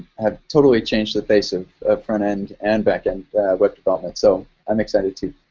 have totally changed the face of front end and back end web development, so i'm excited too.